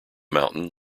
mountain